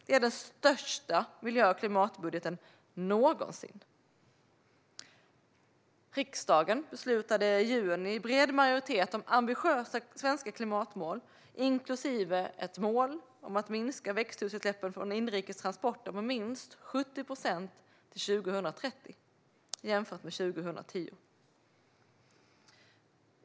Det är den största miljö och klimatbudgeten någonsin. Riksdagen beslutade i juni i bred majoritet om ambitiösa svenska klimatmål inklusive ett mål om att minska växthusgasutsläppen från inrikes transporter med minst 70 procent till 2030 jämfört med 2010.